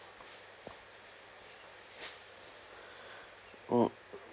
hmm